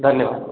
धन्यवाद